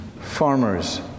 farmers